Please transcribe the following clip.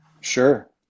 sure